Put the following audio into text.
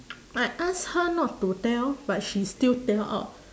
I ask her not to tell but she still tell out